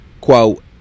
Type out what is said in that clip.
quote